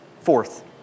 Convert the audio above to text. Fourth